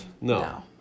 No